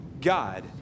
God